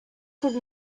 could